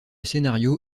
scénario